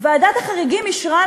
ועדת החריגים אישרה,